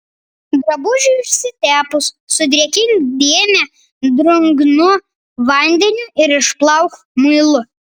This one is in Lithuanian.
drabužiui išsitepus sudrėkink dėmę drungnu vandeniu ir išplauk muilu